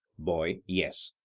boy yes.